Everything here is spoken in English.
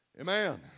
Amen